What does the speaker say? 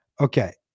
Okay